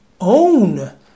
own